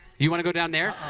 you want to go down there?